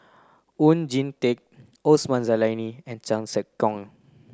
Oon Jin Teik Osman Zailani and Chan Sek Keong